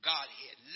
Godhead